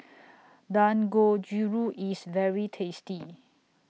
Dangojiru IS very tasty